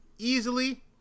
easily